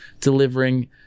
delivering